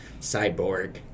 Cyborg